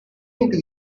into